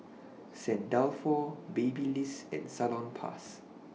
Saint Dalfour Babyliss and Salonpas